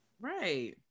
Right